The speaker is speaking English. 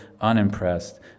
unimpressed